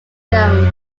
jones